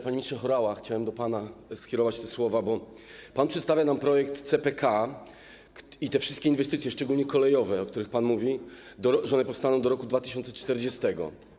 Panie ministrze Horała, chciałem do pana skierować te słowa, bo pan przedstawia nam projekt CPK i te wszystkie inwestycje, szczególnie kolejowe, o których pan mówi, że one powstaną do roku 2040.